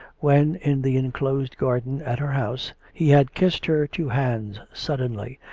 when in the enclosed garden at her house he had kissed her two hands suddenly,